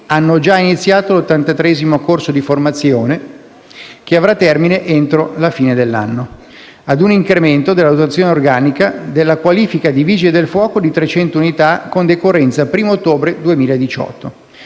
hanno già iniziato l'ottantatreesimo corso di formazione che avrà termine entro la fine dell'anno; ad un incremento della dotazione organica della qualifica di Vigile del fuoco di 300 unità con decorrenza 1° ottobre 2018.